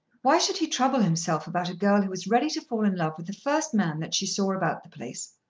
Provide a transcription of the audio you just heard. why should he trouble himself about a girl who was ready to fall in love with the first man that she saw about the place?